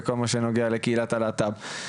בכל מה שנוגע לקהילת הלהט"ב.